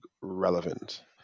relevant